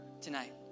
tonight